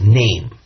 name